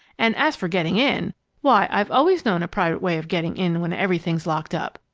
and as for getting in why, i've always known a private way of getting in when everything's locked up.